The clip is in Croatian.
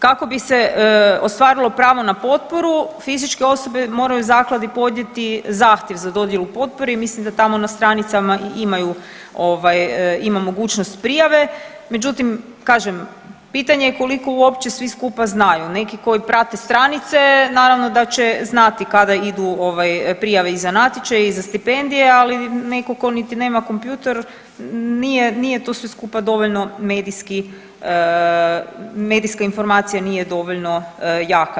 Kako bi se ostvarilo pravo na potporu fizičke osobe moraju zakladi podnijeti zahtjev za dodjelu potpore i mislim da tamo na stranicama i imaju ovaj, ima mogućnost prijave, međutim kažem pitanje je koliko uopće svi skupa znaju, neki koji prate stranice naravno da će znati kada idu ovaj prijave i za natječaj i za stipendije, ali neko ko niti nema kompjuter nije, nije to sve skupa dovoljno medijski, medijska informacija nije dovoljno jaka.